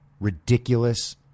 ridiculous